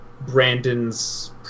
Brandon's